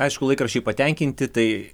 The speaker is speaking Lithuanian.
aišku laikraščiai patenkinti tai